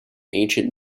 ancient